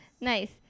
Nice